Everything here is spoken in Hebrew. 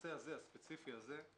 הנושא הספציפי הזה,